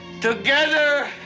Together